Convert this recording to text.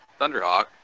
Thunderhawk